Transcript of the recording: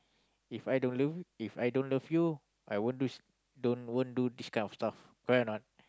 If I don't love If I don't love you I won't do don't won't do this kind of stuff correct or not